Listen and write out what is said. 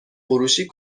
فروشی